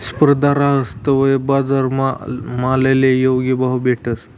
स्पर्धा रहास तवय बजारमा मालले योग्य भाव भेटस